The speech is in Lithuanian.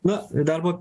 na darbo